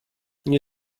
nie